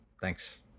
Thanks